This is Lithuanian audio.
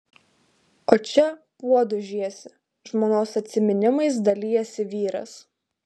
o čia puodus žiesi žmonos atsiminimais dalijasi vyras